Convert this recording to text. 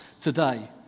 today